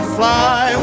fly